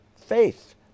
faith